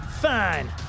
Fine